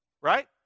right